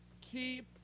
keep